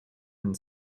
and